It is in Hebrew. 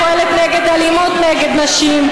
ופועלת נגד אלימות נגד נשים,